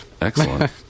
Excellent